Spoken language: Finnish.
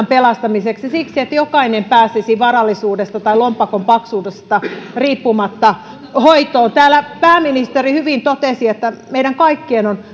pelastamiseksi siksi että jokainen pääsisi varallisuudesta tai lompakon paksuudesta riippumatta hoitoon täällä pääministeri hyvin totesi että meidän kaikkien on